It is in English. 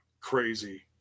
crazy